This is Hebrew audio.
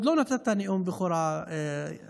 עוד לא נתת נאום בכורה יוסף?